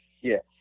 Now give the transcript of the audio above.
Yes